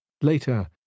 Later